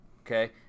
okay